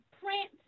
print